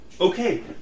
Okay